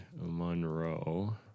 Monroe